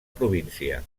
província